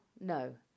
no